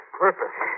purpose